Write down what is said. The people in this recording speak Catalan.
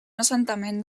assentament